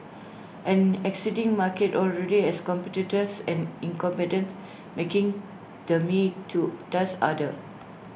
an existing market already has competitors and making the me too task harder